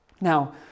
Now